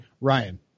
Ryan